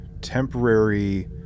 temporary